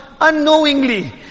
unknowingly